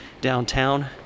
downtown